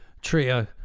trio